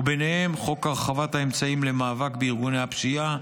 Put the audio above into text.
ובהם חוק הרחבת האמצעים למאבק בארגוני הפשיעה,